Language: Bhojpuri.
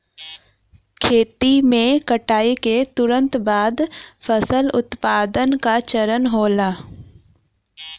खेती में कटाई के तुरंत बाद फसल उत्पादन का चरण होला